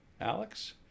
Alex